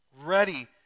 ready